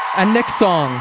and nick song.